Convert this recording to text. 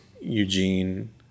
Eugene